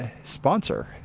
sponsor